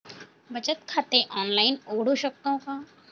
बचत खाते ऑनलाइन उघडू शकतो का?